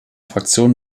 fraktion